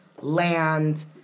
Land